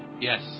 Yes